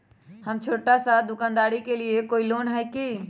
हम छोटा सा दुकानदारी के लिए कोई लोन है कि?